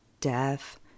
death